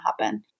happen